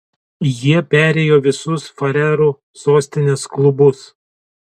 jie perėjo visus farerų sostinės klubus